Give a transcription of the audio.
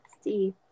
see